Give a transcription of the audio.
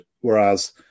whereas